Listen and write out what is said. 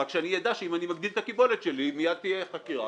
רק שאני אדע שאם אני מגדיל את הקיבולת שלי מייד תהיה חקירה.